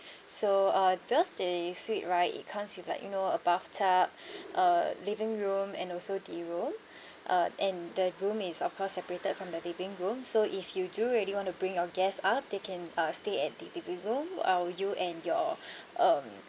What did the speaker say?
so uh because the suite right it comes with like you know a bathtub a living room and also the room uh and the room is of course separated from the living room so if you do really want to bring your guests up they can uh stay at the living room uh you and your um